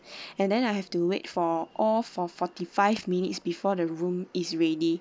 and then I have to wait for all for forty-five minutes before the room is ready